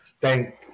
thank